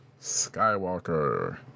Skywalker